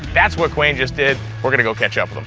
that's what quain just did, we're going to go catch up with em.